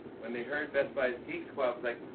when they heard, best buy's geek squad was like,